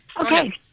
Okay